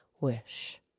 wish